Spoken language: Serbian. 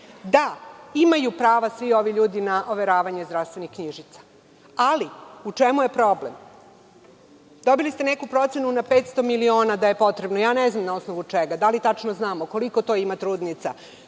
Da, imaju prava svi ovi ljudi na overavanje zdravstvenih knjižica. Ali, u čemu je problem? Dobili ste neku procenu na 500.000.000 da je potrebno, ne znam na osnovu čega. Da li tačno znamo koliko ima trudnica,